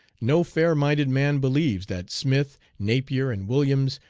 no fair-minded man believes that smith, napier and williams,